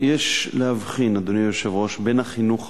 יש להבחין, אדוני היושב-ראש, בין החינוך הפורמלי,